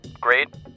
great